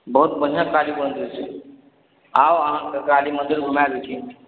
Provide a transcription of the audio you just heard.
बहुत बढ़िआँ काली मन्दिर छै आउ अहाँके काली मन्दिर घुमा देथिन